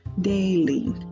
daily